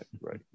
Right